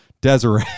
Desiree